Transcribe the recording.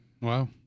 Wow